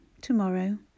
tomorrow